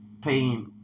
paying